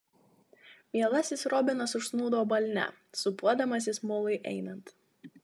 mielasis robinas užsnūdo balne sūpuodamasis mului einant